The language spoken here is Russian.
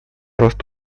рост